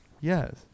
Yes